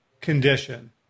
condition